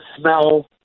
smell